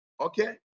okay